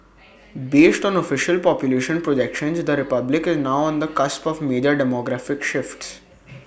based on official population projections the republic is now on the cusp of major demographic shifts